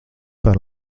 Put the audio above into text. par